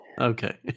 okay